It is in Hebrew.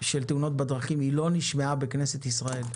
של תאונות בדרכים לא נשמעה בכנסת ישראל.